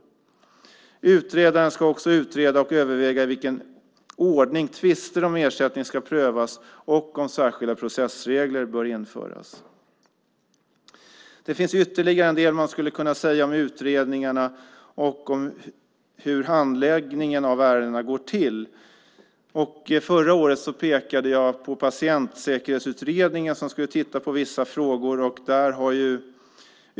Utredaren ska också utreda och överväga i vilken ordning tvister om ersättning ska prövas och om särskilda processregler bör införas. Det finns ytterligare en del man skulle kunna säga om utredningarna och om hur handläggningen av ärendena går till. Förra året pekade jag på Patientsäkerhetsutredningen, som skulle titta på vissa frågor.